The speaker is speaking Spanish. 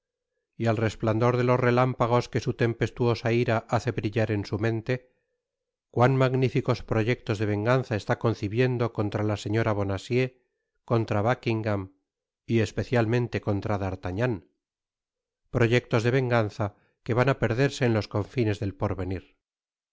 y al resplandor de los relámpagos que su tempestuosa ira hace brillar en su menle cuán magnificos proyectos de venganza está concibiendo contra la señora bonacieux contra buckingam y especialmente contra d'artagnan proyectos de venganza que van á perderse en los confines del porvenir